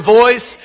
voice